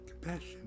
compassion